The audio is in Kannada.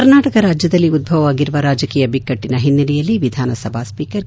ಕರ್ನಾಟಕ ರಾಜ್ಯದಲ್ಲಿ ಉದ್ವವಾಗಿರುವ ರಾಜಕೀಯ ಬಿಕ್ಕಟ್ಟಿನ ಹಿನ್ನೆಲೆಯಲ್ಲಿ ವಿಧಾನಸಭಾ ಸ್ವೀಕರ್ ಕೆ